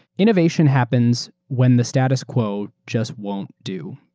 innovation happens when the status quo just won't do.